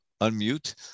unmute